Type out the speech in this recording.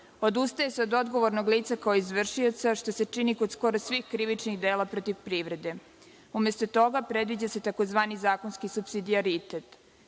odustaje se od odgovornog lica kao izvršioca, što se čini kod skoro svih krivičnih dela protiv privrede. Umesto toga predviđa se tzv. zakonski supsidijaritet.